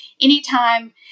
anytime